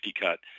cut